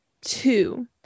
two